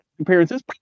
appearances